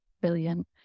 Brilliant